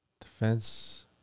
Defense